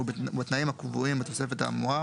ובתנאים הקבועים בתוספת האמורה,